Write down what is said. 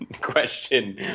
question